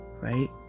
right